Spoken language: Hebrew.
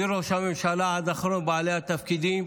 מראש הממשלה ועד אחרון בעלי התפקידים,